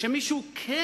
שמישהו כן